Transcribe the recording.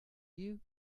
you